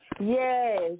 Yes